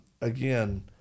again